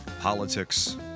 politics